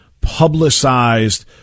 publicized